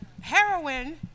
heroin